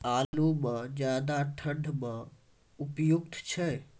आलू म ज्यादा ठंड म उपयुक्त छै?